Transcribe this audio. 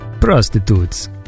Prostitutes